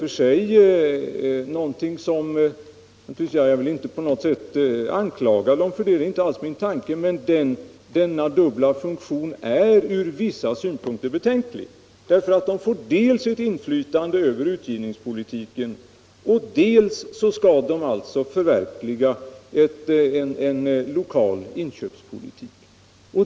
Jag vill inte på något sätt anklaga dem för det — det är inte alls min tanke —- men denna dubbla funktion är från vissa synpunkter betänklig. Dels får de ett inflytande över utbildningspolitiken, dels skall de förverkliga en lokal inköpspolitik.